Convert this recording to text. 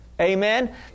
Amen